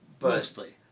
mostly